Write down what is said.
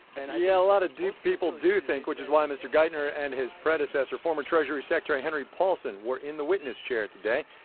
and yeah, a lot of people do think, which is why mr. geithner and his predecessor, former treasury secretary henry paulson, were in the witness chair today.